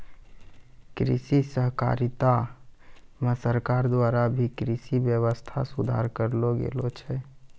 कृषि सहकारिता मे सरकार द्वारा भी कृषि वेवस्था सुधार करलो गेलो छै